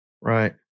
Right